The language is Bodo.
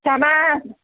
सिथाबा